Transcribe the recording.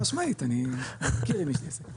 חד משמעית אני מכיר עם מי יש לי עסק.